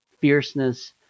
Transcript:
fierceness